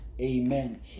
amen